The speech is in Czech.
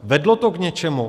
Vedlo to k něčemu?